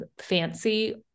fancy